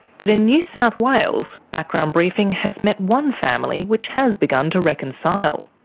but in new south wales background briefing has met one family which has begun to reconcile.